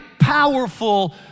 powerful